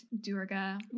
Durga